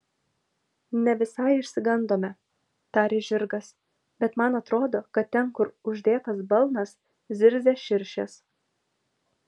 ne visai išsigandome tarė žirgas bet man atrodo kad ten kur uždėtas balnas zirzia širšės